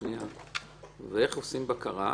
איך עושים בקרה?